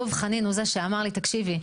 דב חנין הוא זה אמר לי; "תקשיבי,